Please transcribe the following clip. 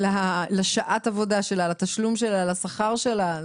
לשעת העבודה שלה, לתשלום שלה, לשכר שלה.